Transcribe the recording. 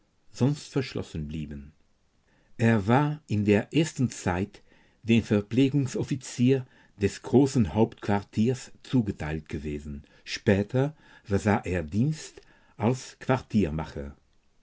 sonst verschlossen blieben er war in der ersten zeit dem verpflegungsoffizier des großen hauptquartiers zugeteilt gewesen später versah er dienst als